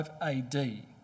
AD